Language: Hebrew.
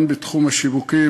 הן בתחום השיווקים,